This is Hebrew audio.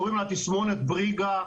קוראים לה תסמונת בריגה,